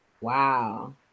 wow